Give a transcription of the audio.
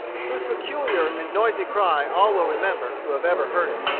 whose peculiar and noisy cry all will remember who have ever heard it.